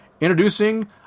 introducing